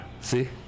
See